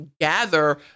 gather